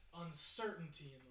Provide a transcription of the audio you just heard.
uncertainty